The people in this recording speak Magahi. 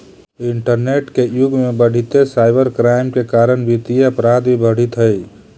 इंटरनेट के युग में बढ़ीते साइबर क्राइम के कारण वित्तीय अपराध भी बढ़ित हइ